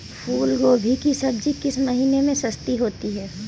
फूल गोभी की सब्जी किस महीने में सस्ती होती है?